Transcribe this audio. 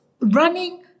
running